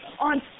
on